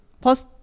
Plus